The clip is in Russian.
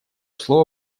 слово